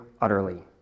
utterly